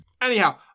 anyhow